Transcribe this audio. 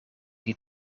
die